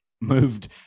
moved